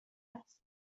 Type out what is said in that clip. است